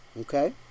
Okay